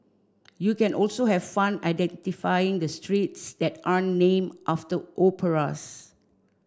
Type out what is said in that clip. you can also have fun identifying the streets that are name after operas